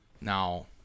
Now